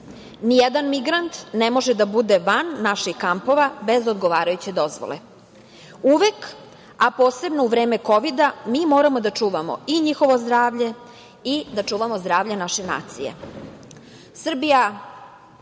Ni jedan migrant ne može da bude van naših kampova bez odgovarajuće dozvole. Uvek, a posebno u vreme kovida, mi moramo da čuvamo njihovo zdravlje i da čuvamo zdravlje naše nacije.